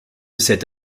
cette